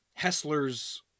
Hessler's